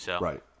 Right